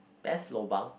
best lobang